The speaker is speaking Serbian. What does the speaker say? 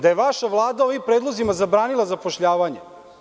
Da je vaša Vlada ovim predlozima zabranila zapošljavanje.